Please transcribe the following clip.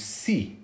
see